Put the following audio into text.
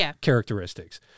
characteristics